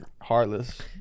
Heartless